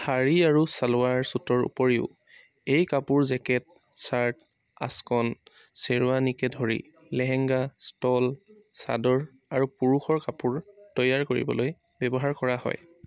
শাড়ী আৰু ছালৱাৰ ছুটৰ উপৰিও এই কাপোৰ জেকেট শ্বাৰ্ট আচকন শ্বেৰৱানীকে ধৰি লেহেংগা ষ্টল চাদৰ আৰু পুৰুষৰ কাপোৰ তৈয়াৰ কৰিবলৈ ব্য়ৱহাৰ কৰা হয়